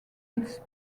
its